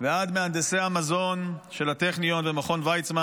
ועד מהנדסי המזון של הטכניון ומכון ויצמן